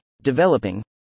Developing